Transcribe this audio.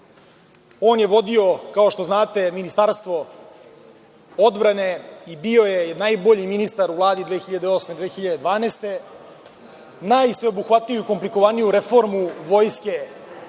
on je vodio kao što znate Ministarstvo odbrane i bio je najbolji ministar u Vladi od 2008-2012. godine. Najsveobuhvatniju i komplikovaniju reformu vojske